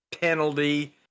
penalty